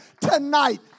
tonight